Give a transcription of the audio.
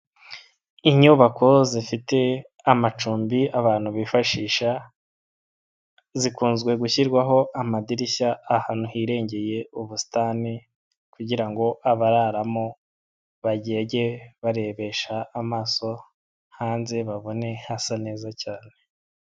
Inyubako zifite amacumbi abantu bifashisha, zikunzwe gushyirwaho amadirishya ahantu hirengeye ubusitani kugirango abararamo bajye barebesha amaso hanze babone hasa neza cyane.